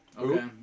Okay